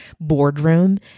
boardroom